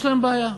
יש להם בעיה,